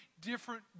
different